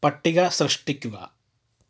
പട്ടിക സൃഷ്ടിക്കുക